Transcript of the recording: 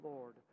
Lord